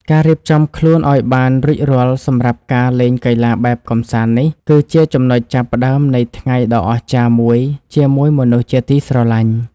ការរៀបចំខ្លួនឱ្យបានរួចរាល់សម្រាប់ការលេងកីឡាបែបកម្សាន្តនេះ គឺជាចំណុចចាប់ផ្ដើមនៃថ្ងៃដ៏អស្ចារ្យមួយជាមួយមនុស្សជាទីស្រឡាញ់។